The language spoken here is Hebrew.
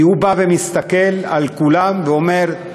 כי הוא בא ומסתכל על כולם ואומר: